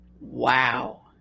Wow